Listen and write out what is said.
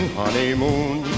honeymoon